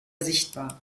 sichtbar